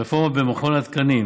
הרפורמה במכון התקנים,